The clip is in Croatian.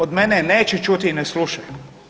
Od mene neće čuti i ne slušaju.